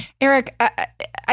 Eric